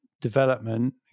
development